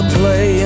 play